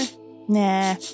nah